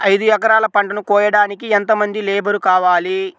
ఐదు ఎకరాల పంటను కోయడానికి యెంత మంది లేబరు కావాలి?